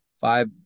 five